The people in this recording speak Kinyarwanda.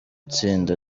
tsinda